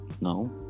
No